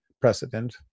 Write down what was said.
precedent